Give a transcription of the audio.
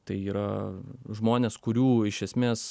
tai yra žmonės kurių iš esmės